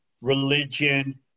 religion